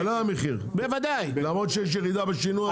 עלה המחיר, למרות שיש ירידה בשינוע.